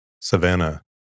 Savannah